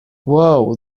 wow